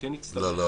לא, לא.